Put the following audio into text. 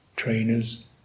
trainers